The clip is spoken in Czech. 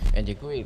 Děkuji.